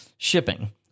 shipping